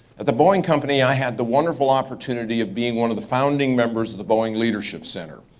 at the boeing company, i had the wonderful opportunity of being one of the founding members of the boeing leadership center.